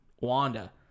Wanda